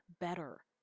better